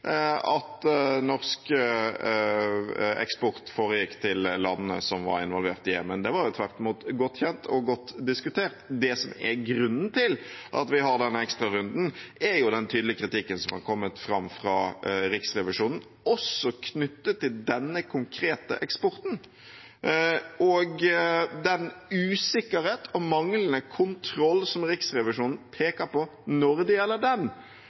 tvert imot godt kjent og godt diskutert. Det som er grunnen til at vi har denne ekstrarunden, er jo den tydelige kritikken som har kommet fra Riksrevisjonen, også knyttet til denne konkrete eksporten og den usikkerhet og manglende kontroll som Riksrevisjonen peker på når det gjelder den.